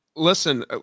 listen